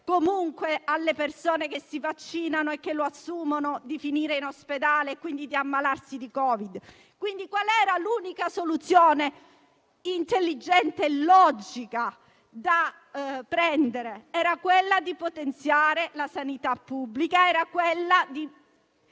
impedisce alle persone che si vaccinano e che lo assumono di finire in ospedale e, quindi, di ammalarsi di Covid. Qual era l'unica soluzione intelligente e logica da prendere? Era quella di potenziare la sanità pubblica e di